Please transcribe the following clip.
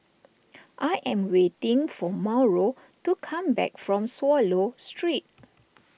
I am waiting for Mauro to come back from Swallow Street